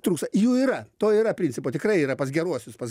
trūksta jų yra to yra principo tikrai yra pas geruosius pas